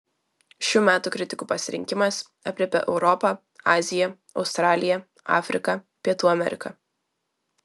šių metų kritikų pasirinkimas aprėpia europą aziją australiją afriką pietų ameriką